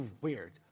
weird